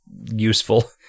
useful